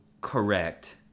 correct